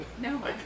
No